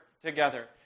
together